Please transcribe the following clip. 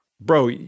bro